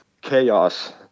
chaos